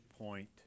point